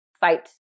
fight